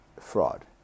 fraud